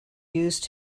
used